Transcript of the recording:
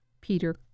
Peter